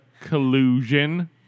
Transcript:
collusion